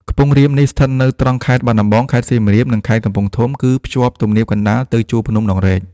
ខ្ពង់រាបនេះស្ថិតនៅត្រង់ខេត្តបាត់ដំបង ខេត្តសៀមរាប និងខេត្តកំពង់ធំ គឺ ភ្ជាប់ទំនាបកណ្តាលទៅជួរភ្នំដងរែក ។